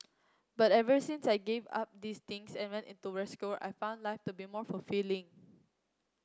but ever since I gave up these things and went into rescue work I've found life to be more fulfilling